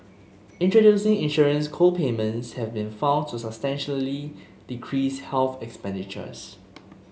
introducing insurance co payments have been found to substantially decrease health expenditures